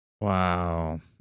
Wow